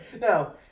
Now